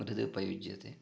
मृदुपयुज्यते